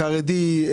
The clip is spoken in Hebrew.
חרדי,